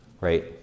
right